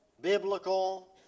Biblical